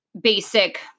basic